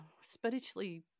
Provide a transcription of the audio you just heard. spiritually